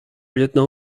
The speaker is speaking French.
lieutenant